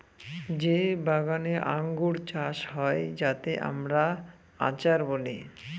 যে বাগানে আঙ্গুর চাষ হয় যাতে আমরা আচার বলি